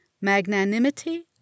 Magnanimity